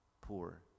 poor